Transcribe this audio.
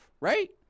Right